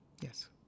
Yes